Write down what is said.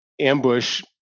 ambush